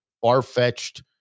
far-fetched